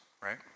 right